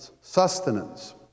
sustenance